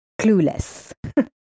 clueless